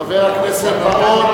כי בשלב הבא הוא,